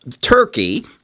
Turkey